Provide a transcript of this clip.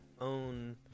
own